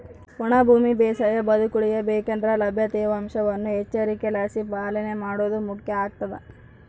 ಒಣ ಭೂಮಿ ಬೇಸಾಯ ಬದುಕುಳಿಯ ಬೇಕಂದ್ರೆ ಲಭ್ಯ ತೇವಾಂಶವನ್ನು ಎಚ್ಚರಿಕೆಲಾಸಿ ಪಾಲನೆ ಮಾಡೋದು ಮುಖ್ಯ ಆಗ್ತದ